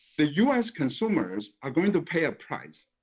the us consumers are going to pay a price.